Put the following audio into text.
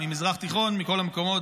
מהמזרח התיכון ומכל המקומות,